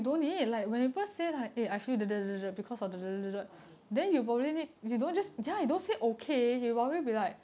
okay